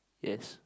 yes